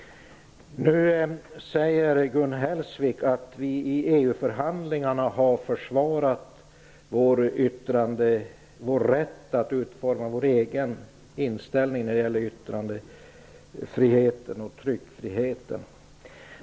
Gun Hellsvik säger att vi i EU-föhandlingarna har försvarat vår rätt att utforma vår egen inställning när det gäller yttrandefrihet och tryckfrihet.